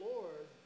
Lord